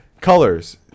Colors